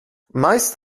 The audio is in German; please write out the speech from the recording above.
meist